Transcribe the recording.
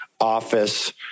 office